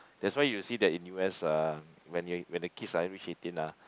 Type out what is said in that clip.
that's why you see that in U_S uh when your when the kids are reach eighteen ah